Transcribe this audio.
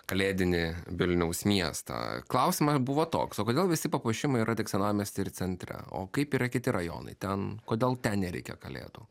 kalėdinį vilniaus miestą klausimą buvo toks o kodėl visi papuošimai yra tik senamiesty ir centre o kaip yra kiti rajonai ten kodėl ten nereikia kalėtų